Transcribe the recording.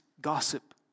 gossip